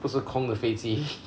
不是空的飞机